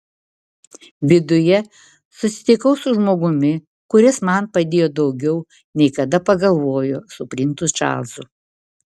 viduje susitikau su žmogumi kuris man padėjo daugiau nei kada pagalvojo su princu čarlzu